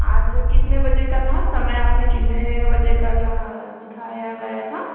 आज कितने बजे का था समय आपने कितने बजे का जहाँ दिखाया गया था